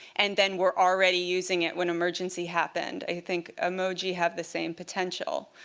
and then we're already using it when emergency happened, i think emoji have the same potential.